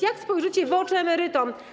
Jak spojrzycie w oczy emerytom?